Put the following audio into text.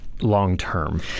long-term